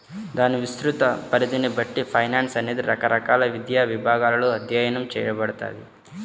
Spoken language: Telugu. దాని విస్తృత పరిధిని బట్టి ఫైనాన్స్ అనేది రకరకాల విద్యా విభాగాలలో అధ్యయనం చేయబడతది